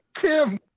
Kim